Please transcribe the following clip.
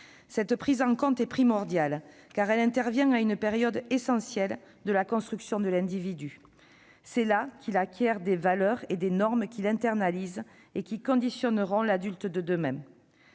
Cette prise en compte est primordiale, car elle intervient à une période essentielle de la construction de l'individu. C'est là qu'il acquiert des valeurs et des normes qu'il internalise et qui conditionneront l'adulte de demain.